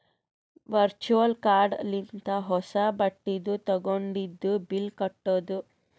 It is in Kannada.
ವರ್ಚುವಲ್ ಕಾರ್ಡ್ ಲಿಂತ ಹೊಸಾ ಬಟ್ಟಿದು ತಗೊಂಡಿದು ಬಿಲ್ ಕಟ್ಟುದ್